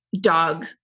dog